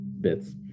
bits